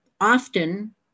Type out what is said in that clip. Often